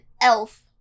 elf